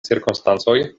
cirkonstancoj